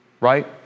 right